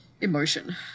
emotion